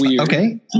okay